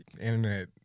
internet